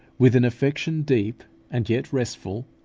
with an affection deep and yet restful,